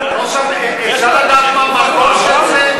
אפשר לדעת מה המקור של זה?